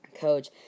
coach